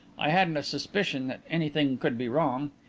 i hadn't a suspicion that anything could be wrong.